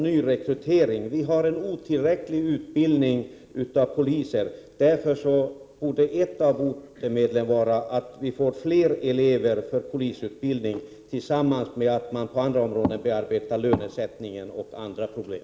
Utbildningen av poliser är otillräcklig, och därför borde ett av botemedlen vara att se till att det blir fler elever i polisutbildningen — samtidigt som man tar upp lönesättningen och andra problem.